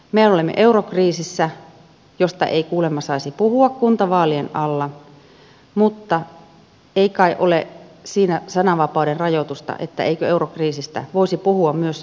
me olemme eurokriisissä josta ei kuulemma saisi puhua kuntavaalien alla mutta ei kai siinä ole sananvapauden rajoitusta etteikö eurokriisistä voisi puhua myös kuntavaalien alla